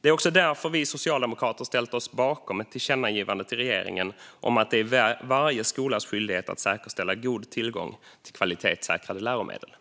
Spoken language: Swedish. Det är också därför vi socialdemokrater har ställt oss bakom ett tillkännagivande till regeringen om att det är varje skolas skyldighet att säkerställa god tillgång till kvalitetssäkrade läromedel.